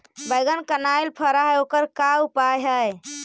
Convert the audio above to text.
बैगन कनाइल फर है ओकर का उपाय है?